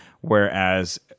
whereas